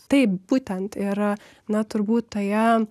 taip būtent ir na turbūt toje